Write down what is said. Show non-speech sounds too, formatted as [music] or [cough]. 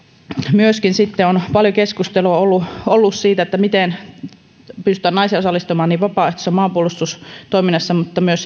myöskin sitten on paljon keskustelua ollut ollut siitä miten pystytään naisia osallistamaan niin vapaaehtoisessa maanpuolustustoiminnassa kuin myös [unintelligible]